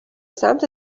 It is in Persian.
سمت